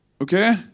Okay